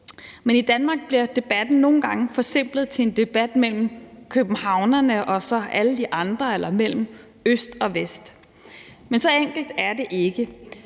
Men i Danmark bliver debatten nogle gange forsimplet til en debat mellem københavnerne og så alle de andre eller mellem øst og vest. Men så enkelt er det ikke.